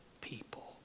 people